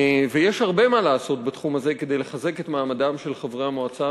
יש הרבה מה לעשות בתחום הזה כדי לחזק את מעמדם של חברי המועצה.